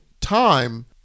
time